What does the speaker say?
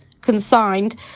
consigned